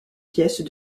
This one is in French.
pièces